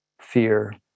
fear